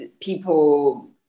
people